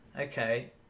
Okay